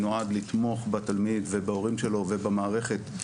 נועד לתמוך בתלמיד ובהורים שלו ובמערכת,